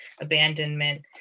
abandonment